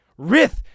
Rith